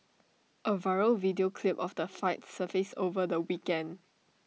A viral video clip of the fight surfaced over the weekend